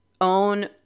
own